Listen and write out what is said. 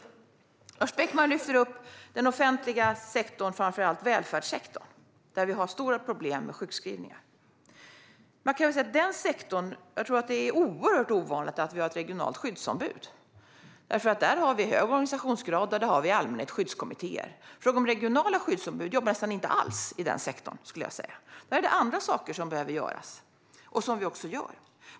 Lars Beckman lyfter fram den offentliga sektorn, framför allt välfärdssektorn, där vi har stora problem med sjukskrivningar. I den sektorn är det ovanligt med regionala skyddsombud, för här har vi hög organisationsgrad och i allmänhet skyddskommittéer. Regionala skyddsombud jobbar nästan inte alls i den sektorn. Här är det andra saker som behöver göras och som vi också gör.